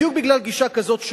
בדיוק בגלל גישה כזאת,